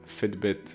Fitbit